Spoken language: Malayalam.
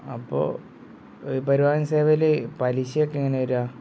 അപ്പോൾ പരിവാഹൻ സേവേയിൽ പലിശയൊക്കെ എങ്ങനെയാണ് വരിക